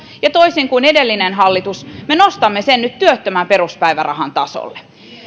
ja toisin kuin edellinen hallitus me nostamme sen nyt työttömän peruspäivärahan tasolle